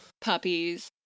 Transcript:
puppies